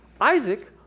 Isaac